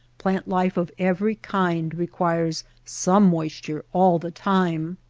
plant life of every kind requires some moisture all the time.